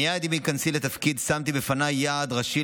מייד עם היכנסי לתפקיד שמתי בפניי יעד ראשי